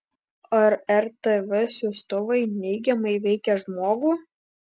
ar rtv siųstuvai neigiamai veikia žmogų